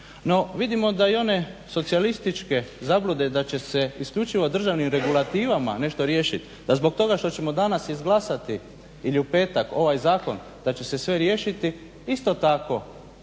No, vidimo da i one socijalističke zablude da će se isključivo državnim regulativama nešto riješiti, da zbog toga što ćemo danas izglasati ili u petak ovaj zakon da će se sve riješiti isto tako